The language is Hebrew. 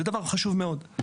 זה דבר חשוב מאוד.